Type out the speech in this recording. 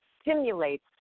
stimulates